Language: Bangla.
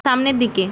সামনের দিকে